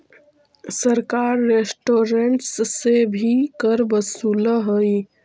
सरकार रेस्टोरेंट्स से भी कर वसूलऽ हई